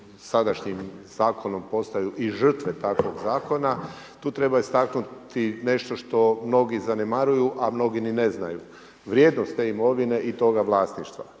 sadašnjem zakonu postaju i žrtve takvog zakona. Tu treba istaknuti nešto što mnogi zanemaruju, a mnogi ni ne znaju. Vrijednost te imovine i toga vlasništva.